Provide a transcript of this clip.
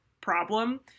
problem